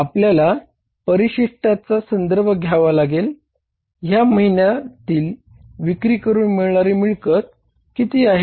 आपल्याला परिशिष्टाचा किती आहे